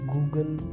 Google